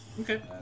Okay